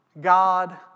God